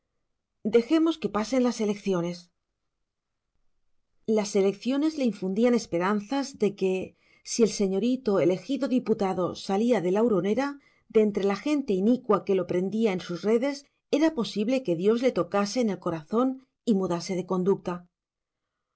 dejemos que pasen las elecciones las elecciones le infundían esperanzas de que si el señorito elegido diputado salía de la huronera de entre la gente inicua que lo prendía en sus redes era posible que dios le tocase en el corazón y mudase de conducta